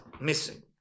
missing